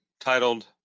titled